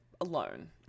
alone